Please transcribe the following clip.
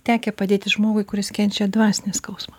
tekę padėti žmogui kuris kenčia dvasinį skausmą